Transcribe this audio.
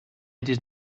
did